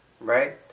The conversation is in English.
right